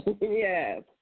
Yes